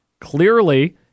clearly